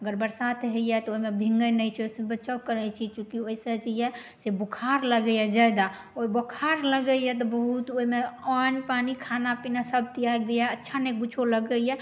अगर बरसात होइए तऽ ओहिमे भींगै नहि छी ओहि से बचाव करै छी चूँकि ओहि से जे यऽ से बुखार लगैए जादा ओ बोखार लगैए तऽ बहुत ओहिमे अन्न पानि खाना पीना सब त्याग दैया अच्छा नहि किछौ लगैए